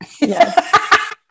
Yes